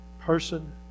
Person